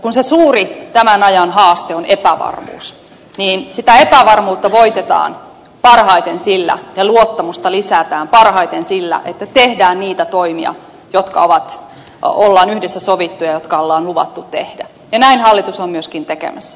kun se suuri tämän ajan haaste on epävarmuus niin sitä epävarmuutta voitetaan parhaiten sillä ja luottamusta lisätään parhaiten sillä että tehdään niitä toimia jotka on yhdessä sovittu ja jotka on luvattu tehdä ja näin hallitus on myöskin tekemässä